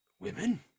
Women